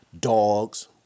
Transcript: dogs